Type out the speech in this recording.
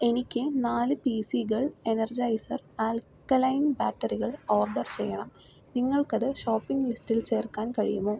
എനിക്ക് നാല് പി സികൾ എനർജൈസർ ആൽക്കലൈൻ ബാറ്ററികൾ ഓർഡർ ചെയ്യണം നിങ്ങൾക്കത് ഷോപ്പിംഗ് ലിസ്റ്റിൽ ചേർക്കാൻ കഴിയുമോ